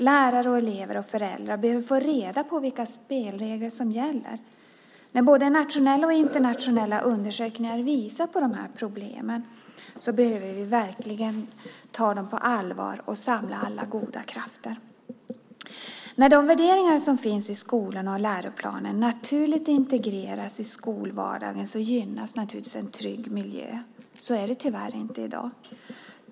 Lärare, elever och föräldrar behöver få reda på vilka spelregler som gäller. När både nationella och internationella undersökningar visar på de här problemen behöver vi verkligen ta dem på allvar och samla alla goda krafter. När de värderingar som finns i skolan och i läroplanen naturligt integreras i skolvardagen gynnas naturligtvis en trygg miljö. Så är det tyvärr inte i dag.